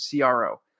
CRO